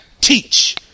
teach